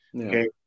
Okay